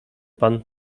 pan